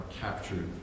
captured